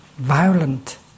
Violent